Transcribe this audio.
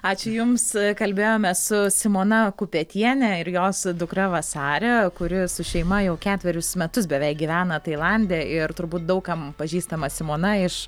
ačiū jums kalbėjome su simona kupetiene ir jos dukra vasare kuri su šeima jau ketverius metus beveik gyvena tailande ir turbūt daug kam pažįstama simona iš